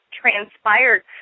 transpired